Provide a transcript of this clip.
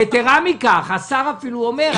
יתרה מכך, השר אפילו אומר: